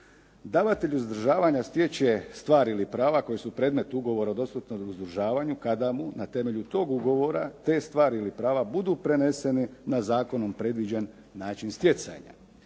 Davatelj uzdržavanja stječe stvar ili prava koje su predmet ugovora o dosmrtnom uzdržavanju kada mu na temelju tog ugovora te stvari ili prava budu preneseni na zakonom predviđen način stjecanja.